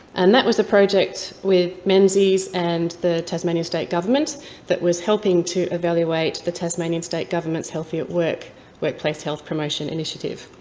and that was a project with menzies and the tasmania state government that was helping to evaluate the tasmanian state government's healthy work workplace health promotion initiative.